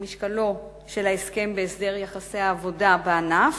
למשקלו של ההסכם בהסדר יחסי העבודה בענף